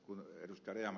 kun ed